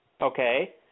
okay